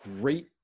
great